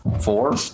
Four